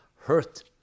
hurt